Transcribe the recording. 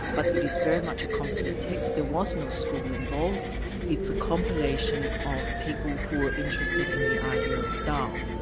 but it is very much a composite text. there was no school involved it's a compilation of people who are interested in the idea of tao.